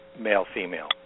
male-female